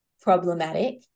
problematic